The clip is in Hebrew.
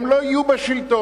הם לא יהיו בשלטון,